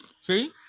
See